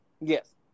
Yes